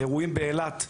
לאירועים באילת,